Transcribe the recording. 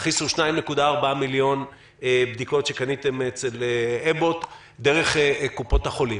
תכניסו 2.4 מיליון בדיקות שקניתם אצל "אבוט" דרך קופות החולים.